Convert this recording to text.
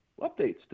updates